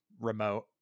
remote